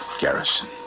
Garrison